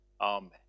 Amen